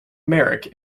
merrick